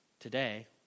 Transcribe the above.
today